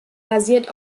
basiert